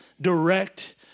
direct